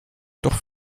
doch